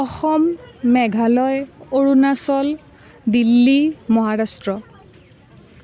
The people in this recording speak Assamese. অসম অৰুণাচল মেঘালয় দিল্লী মহাৰাষ্ট্ৰ